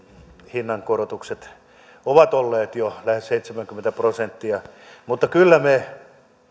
hinnankorotukset ovat olleet jo lähes seitsemänkymmentä prosenttia mutta kyllä me